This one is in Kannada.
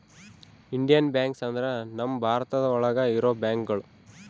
ಇಂಡಿಯನ್ ಬ್ಯಾಂಕ್ಸ್ ಅಂದ್ರ ನಮ್ ಭಾರತ ಒಳಗ ಇರೋ ಬ್ಯಾಂಕ್ಗಳು